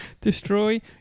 destroy